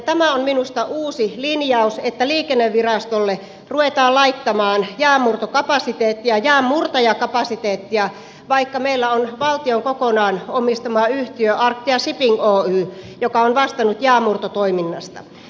tämä on minusta uusi linjaus että liikennevirastolle ruvetaan laittamaan jäänmurtokapasiteettia jäänmurtajakapasiteettia vaikka meillä on valtion kokonaan omistama yhtiö arctia shipping oy joka on vastannut jäänmurtotoiminnasta